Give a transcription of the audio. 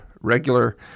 regular